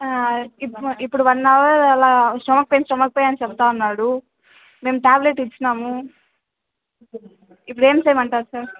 ఇప్పుడు ఇప్పుడు one hour అలా స్టమక్ పెయిన్ స్టమక్ పెయిన్ అని చెప్తా ఉన్నాడు మేము ట్యాబ్లెట్ ఇచ్చినాము ఇప్పుడు ఏమి చేయమంటారు సార్